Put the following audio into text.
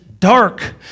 dark